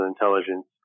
intelligence